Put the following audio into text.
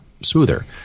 smoother